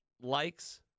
likes